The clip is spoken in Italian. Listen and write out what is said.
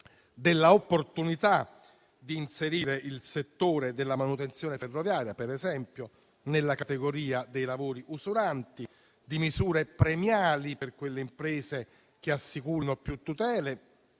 della opportunità di inserire il settore della manutenzione ferroviaria, per esempio, nella categoria dei lavori usuranti, di misure premiali per quelle imprese che assicurano più tutele